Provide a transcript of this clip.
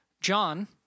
John